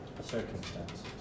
circumstances